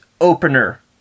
opener